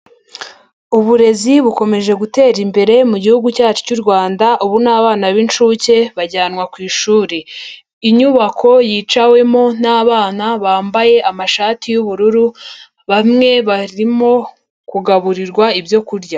Uburezi bukomeje gutera imbere mu gihugu cyacu cy'u Rwanda, ubu n'abana b'inshuke bajyanwa ku ishuri, inyubako yicawemo n'abana bambaye amashati y'ubururu bamwe barimo kugaburirwa ibyo kurya.